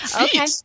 okay